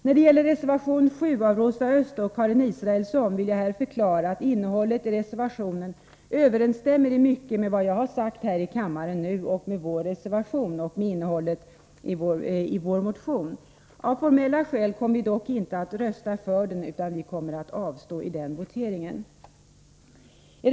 När det gäller reservation 7 av Rosa Östh och Karin Israelsson vill jag förklara att innehållet i reservationen i mycket överensstämmer med vad jag har sagt här i kammaren, med vår reservation och med innehållet i vår motion. Av formella skäl kommer vi moderater dock inte att rösta för den reservationen utan avstå i den voteringen. Herr talman!